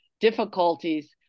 difficulties